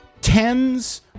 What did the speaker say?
Tens